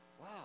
Wow